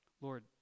Lord